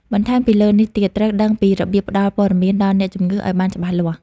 បន្ថែមពីលើនេះទៀត ត្រូវដឹងពីរបៀបផ្ដល់ព័ត៌មានដល់អ្នកជំងឺឲ្យបានច្បាស់លាស់។